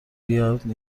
بیاد